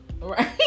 Right